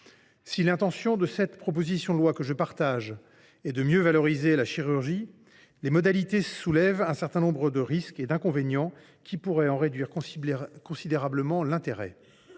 des auteurs de cette proposition de loi, que je partage, est de mieux valoriser la chirurgie, les modalités soulèvent un certain nombre de risques et d’inconvénients qui pourraient en réduire considérablement l’intérêt.